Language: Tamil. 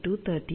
0530